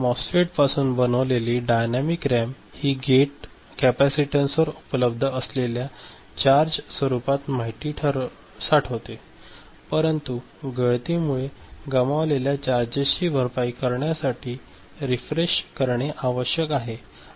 मॉस्फेटपासून बनविलेली dynamic RAM ही gate कॅपेसिटन्सवर उपलब्ध असलेल्या चार्ज स्वरूपात माहिती साठवतेपरंतु गळतीमुळे गमावलेल्या चार्जेची भरपाई करण्यासाठी रीफ्रेश करणे आवश्यक आहे